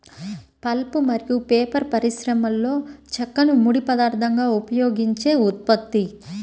pulp మరియు paper పరిశ్రమలోచెక్కను ముడి పదార్థంగా ఉపయోగించే ఉత్పత్తి